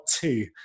two